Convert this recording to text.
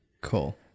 cool